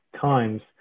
times